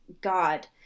God